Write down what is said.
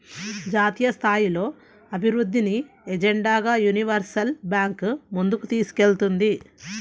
జాతీయస్థాయిలో అభివృద్ధిని ఎజెండాగా యూనివర్సల్ బ్యాంకు ముందుకు తీసుకెళ్తుంది